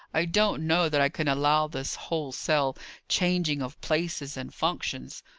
i don't know that i can allow this wholesale changing of places and functions.